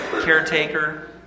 Caretaker